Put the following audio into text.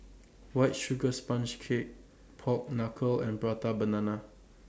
White Sugar Sponge Cake Pork Knuckle and Prata Banana